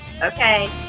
Okay